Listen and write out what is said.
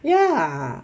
ya